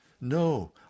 No